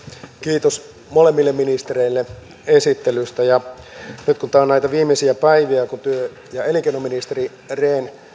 kiitos molemmille ministereille esittelystä nyt kun tämä on näitä viimeisiä päiviä ja elinkeinoministeri rehn